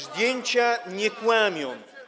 Zdjęcia nie kłamią.